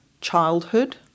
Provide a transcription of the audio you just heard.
childhood